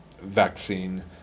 vaccine